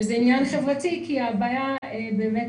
זה עניין חברתי, כי הבעיה היא באמת